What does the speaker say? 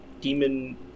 demon